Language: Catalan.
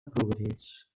progrés